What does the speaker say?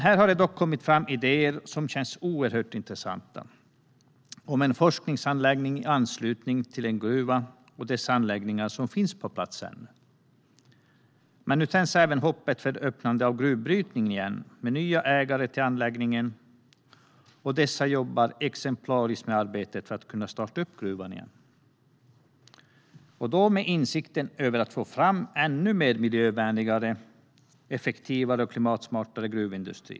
Här har det dock kommit fram idéer som känns oerhört intressanta om en forskningsanläggning i anslutning till gruvan och anläggningarna som finns på platsen. Nu tänds även hoppet för öppnande av gruvbrytning igen med nya ägare till anläggningen, och dessa arbetar exemplariskt för att starta gruvan igen. Arbetet sker nu med insikten om behovet av att få fram mer miljövänlig, effektiv och klimatsmart gruvindustri.